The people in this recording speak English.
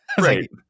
Right